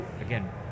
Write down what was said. again